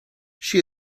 she